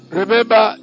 remember